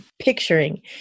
picturing